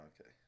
okay